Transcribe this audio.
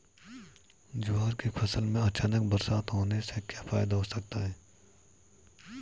ज्वार की फसल में अचानक बरसात होने से क्या फायदा हो सकता है?